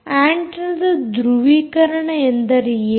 ಆಂಟೆನ್ನದ ಧೃವೀಕರಣ ಎಂದರೆ ಏನು